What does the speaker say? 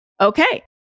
Okay